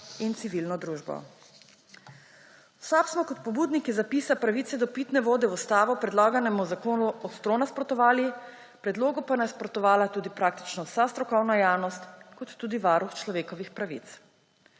in civilno družbo. V SAB smo kot pobudniki zapisa pravice do pitne vode v ustavo predlaganemu zakonu ostro nasprotovali, predlogu pa je nasprotovala tudi praktično vsa strokovna javnost kot tudi Varuh človekovih pravic.